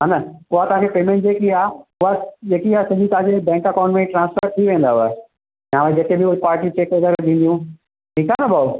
हा न पोइ असांखे पैमेंट जेकी आहे उहा जेकी आहे सॼी तव्हांजे बैंक अकाउंट में ट्रांस्फर थी वेंदव ऐं जेके ॿियूं पार्टी चेक वग़ैरह ॾींदियूं ठीकु आहे न भाऊ